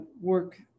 work